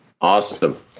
Awesome